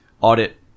audit